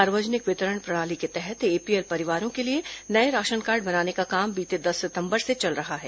सार्वजनिक वितरण प्रणाली के तहत एपीएल परिवारों के लिए नये राशनकार्ड बनाने का काम बीते दस सितम्बर से चल रहा है